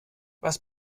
was